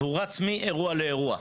והוא רץ מאירוע לאירוע.